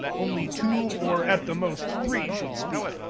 only two or at the most three should speak,